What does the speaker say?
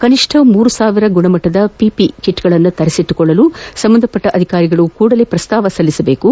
ಕನಿಷ್ಠ ಮೂರು ಸಾವಿರ ಗುಣಮಟ್ಟದ ಪಿಪಿ ಕಿಟ್ಗಳನ್ನು ತರಿಸಿಟ್ಟುಕೊಳ್ಳಲು ಸಂಬಂಧಪಟ್ಟ ಅಧಿಕಾರಿಗಳು ಕೂಡಲೇ ಪ್ರಸ್ತಾವನೆ ಸಲ್ಲಿಸಬೇಕು